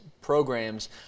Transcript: programs